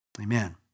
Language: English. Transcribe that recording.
Amen